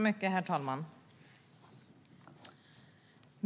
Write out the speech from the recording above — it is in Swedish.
Herr talman!